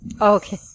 Okay